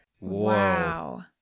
Wow